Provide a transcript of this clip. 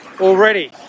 already